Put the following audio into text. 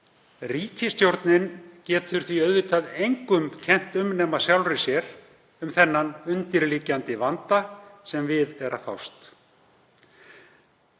Ríkisstjórnin getur því auðvitað engum nema sjálfri sér kennt um þann undirliggjandi vanda sem við er að fást.